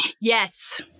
Yes